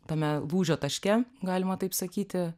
tame lūžio taške galima taip sakyti